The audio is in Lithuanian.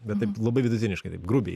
bet taip labai vidutiniškai taip grubiai